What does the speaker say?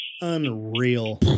Unreal